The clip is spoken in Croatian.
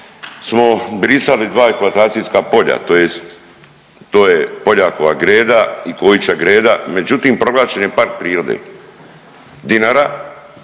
smo brisali 2 eksploatacijska polja, tj. to je Poljakova greda i Kojića greda međutim, proglašen je Park prirode Dinara